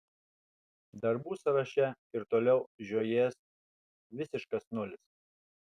darbų sąraše ir toliau žiojės visiškas nulis